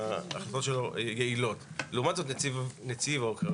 אבל לא יכול להיות מצב שרק שניים מתוך שלושת הגופים --- מה אכפת לכם?